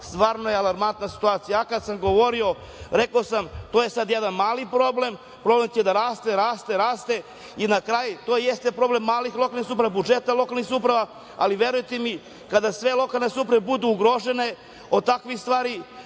stvarno je alarmantna situacija. Kad sam govorio, rekao sam to je sad jedan mali problem. Problem će da raste, raste, raste i na kraju, to jeste problem malih lokalnih samouprava, budžeta lokalnih samouprava, ali verujte mi, kada sve lokalne samouprave budu ugrožene od takvih stvari,